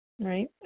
right